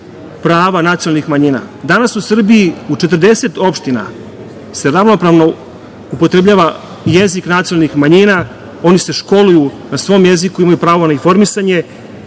prava nacionalnih manjina. Danas u Srbiji u 40 opština se ravnopravno upotrebljava jezik nacionalnih manjina, oni se školuju na svom jeziku, imaju pravo na informisanje